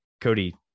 cody